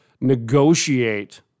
negotiate